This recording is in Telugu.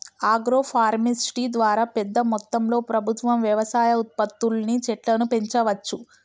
ఆగ్రో ఫారెస్ట్రీ ద్వారా పెద్ద మొత్తంలో ప్రభుత్వం వ్యవసాయ ఉత్పత్తుల్ని చెట్లను పెంచవచ్చు